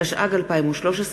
התשע"ג 2013,